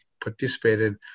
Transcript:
participated